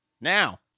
Now